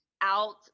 out